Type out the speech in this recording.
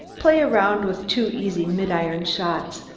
play around with two easy mid-iron shots.